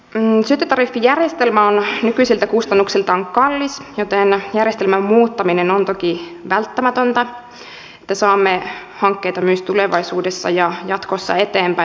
syöttötariffijärjestelmä on nykyisiltä kustannuksiltaan kallis joten järjestelmän muuttaminen on toki välttämätöntä että saamme hankkeita myös tulevaisuudessa ja jatkossa eteenpäin